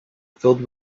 filled